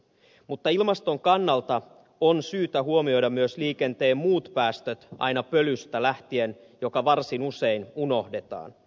mutta ilmaston kannalta on syytä huomioida myös liikenteen muut päästöt aina pölystä lähtien joka varsin usein unohdetaan